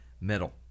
metal